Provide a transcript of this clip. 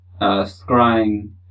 scrying